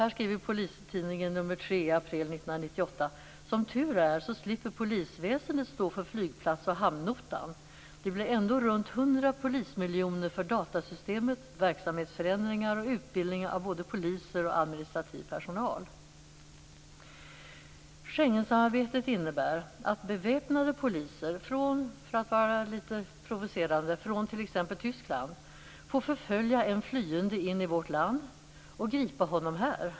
I Polistidningen, nr 3, april 1998, skriver man: Som tur är slipper polisväsendet stå för flygplats och hamnnotan. Det blir ändå runt hundra polismiljoner för datasystemet, verksamhetsförändringar och utbildning av både poliser och administrativ personal. Schengensamarbetet innebär att beväpnade poliser från - för att vara litet provocerande - t.ex. Tyskland får förfölja en flyende in i vårt land och gripa honom här.